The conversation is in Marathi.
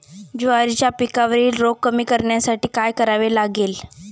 ज्वारीच्या पिकावरील रोग कमी करण्यासाठी काय करावे लागेल?